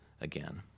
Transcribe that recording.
again